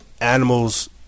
animals